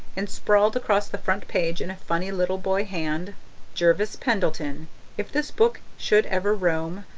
and sprawled across the front page in a funny little-boy hand jervis pendleton if this book should ever roam,